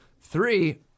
Three